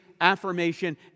affirmation